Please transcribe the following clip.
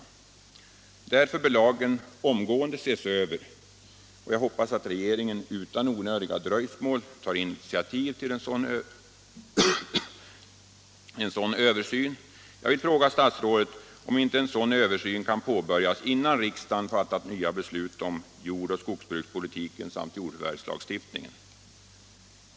Därför, herr talman, bör lagen omgående ses över, och jag hoppas att regeringen utan onödiga dröjsmål tar initiativ till en sådan översyn. Jag vill fråga statsrådet om inte en översyn kan påbörjas innan riksdagen fattat nya beslut om jordbruksoch skogsbrukspolitiken samt jordförvärvslagstiftningen.